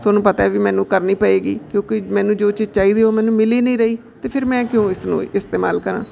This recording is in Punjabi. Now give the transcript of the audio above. ਤੁਹਾਨੂੰ ਪਤਾ ਵੀ ਮੈਨੂੰ ਕਰਨੀ ਪਵੇਗੀ ਕਿਉਂਕਿ ਮੈਨੂੰ ਜੋ ਚੀਜ਼ ਚਾਹੀਦੀ ਉਹ ਮੈਨੂੰ ਮਿਲ ਹੀ ਨਹੀਂ ਰਹੀ ਅਤੇ ਫਿਰ ਮੈਂ ਕਿਉਂ ਇਸ ਨੂੰ ਇਸਤੇਮਾਲ ਕਰਾਂ